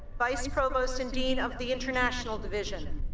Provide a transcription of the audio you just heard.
vice provost and dean of the international division